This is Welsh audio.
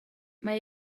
mae